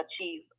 achieve